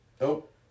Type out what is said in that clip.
Nope